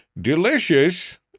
delicious